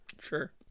Sure